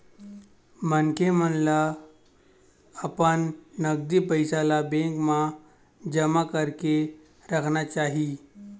मनखे मन ल अपन नगदी पइया ल बेंक मन म जमा करके राखना चाही